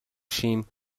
شیم